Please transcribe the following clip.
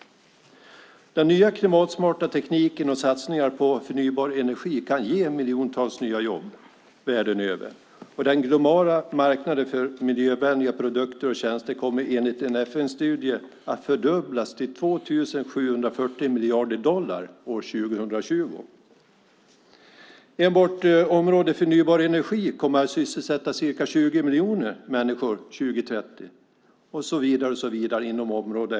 Den nya klimatsmarta tekniken och satsningar på förnybar energi kan ge miljontals nya jobb världen över, och den globala marknaden för miljövänliga produkter och tjänster kommer enligt en FN-studie att fördubblas till 2 740 miljarder dollar år 2020. Enbart området förnybar energi kommer att sysselsätta ca 20 miljoner människor 2030 och så vidare inom område efter område.